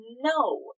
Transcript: No